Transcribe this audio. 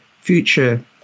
future